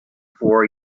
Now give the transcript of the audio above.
for